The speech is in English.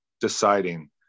deciding